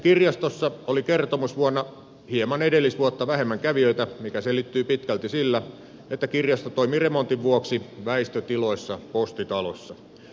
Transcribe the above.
kirjastossa oli kertomusvuonna hieman edellisvuotta vähemmän kävijöitä mikä selittyi pitkälti sillä että kirjasto toimi remontin vuoksi väistötiloissa postitalossa